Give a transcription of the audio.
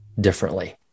differently